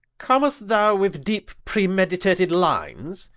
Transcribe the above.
com'st thou with deepe premeditated lines?